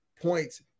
points